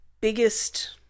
biggest